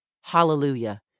Hallelujah